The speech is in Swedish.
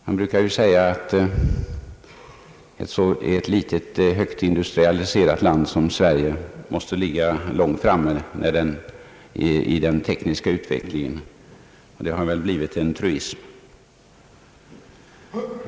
Man brukar säga att ett litet och högt industrialiserat land som Sverige måste ligga långt framme i den tekniska utvecklingen. Detta har nära nog blivit en truism.